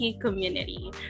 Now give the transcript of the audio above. community